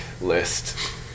list